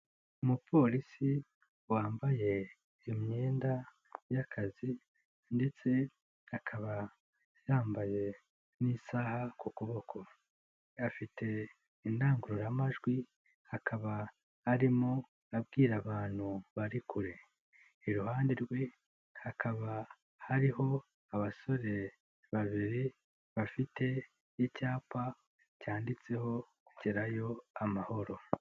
Umupolisi wambaye iyo imyenda y'akazi ndetse akaba yambaye n'isaha ku kuboko, afite indangururamajwi akaba arimo abwira abantu bari kure, iruhande rwe hakaba hariho abasore babiri bafite icyapa cyanditseho gerayo amahoro.